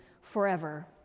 forever